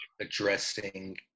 addressing